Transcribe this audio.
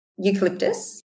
eucalyptus